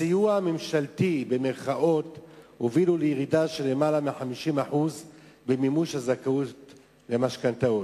הסיוע הממשלתי הוביל לירידה של יותר מ-50% במימוש הזכאות למשכנתאות.